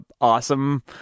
awesome